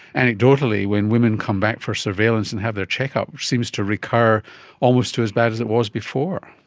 anecdotally, when women come back for surveillance and have their check-up seems to recur almost to as bad as it was before.